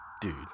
Dude